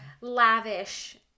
lavish